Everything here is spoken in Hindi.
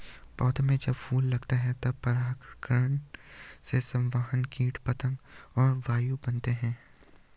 पौधों में जब फूल लगता है तब परागकणों के संवाहक कीट पतंग और वायु बनते हैं